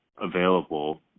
available